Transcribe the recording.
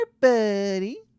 buddy